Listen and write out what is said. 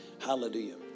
Hallelujah